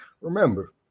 remember